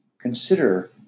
consider